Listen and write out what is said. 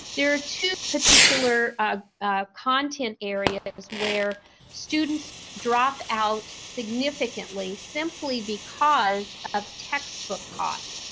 there are two particular ah content areas where students drop out significantly simply because of textbook costs.